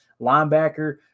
Linebacker